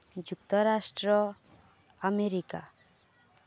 ଯୁକ୍ତରାଷ୍ଟ୍ର ଆମେରିକା